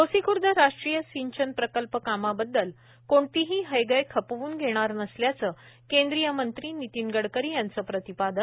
गोसिखूर्द राष्ट्रीय सिंचन प्रकल्प कामाबद्दल कोणतीही हयगय खपवून घेणार नसल्याचं केंद्रीय मंत्री नितीन गडकरी यांचं प्रतिपादन